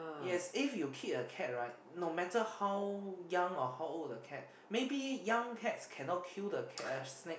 yes if you keep a cat right no matter how young or how old the cat maybe young cats can not kill the cat uh snake